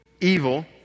evil